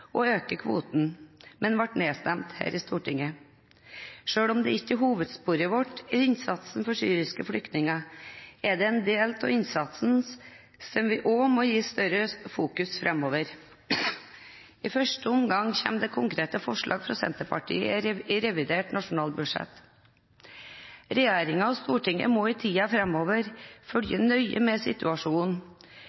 å øke kvoten, men ble nedstemt her i Stortinget. Selv om dette ikke er hovedsporet i vår innsats for syriske flyktninger, er det en del av innsatsen som vi må gi større fokus framover. I første omgang kommer det konkrete forslag fra Senterpartiet i revidert nasjonalbudsjett. Regjeringen og Stortinget må i